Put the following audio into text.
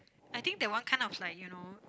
I think that one kind of like you know